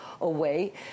away